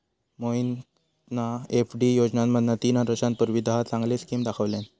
मोहितना एफ.डी योजनांमधना तीन वर्षांसाठी दहा चांगले स्किम दाखवल्यान